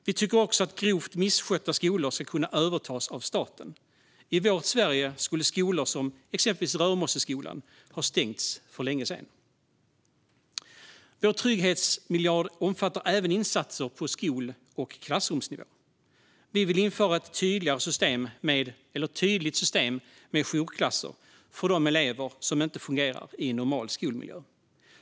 Vi tycker också att grovt misskötta skolor ska kunna övertas av staten. I vårt Sverige skulle skolor som exempelvis Rörmosseskolan ha stängts för länge sedan. Vår trygghetsmiljard omfattar även insatser på skol och klassrumsnivå. Vi vill införa ett tydligt system med jourklasser för de elever som inte fungerar i en normal skolmiljö.